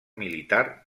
militar